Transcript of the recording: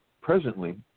presently